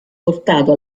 portato